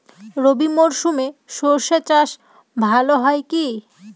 রবি মরশুমে সর্ষে চাস ভালো হয় কি?